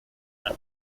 las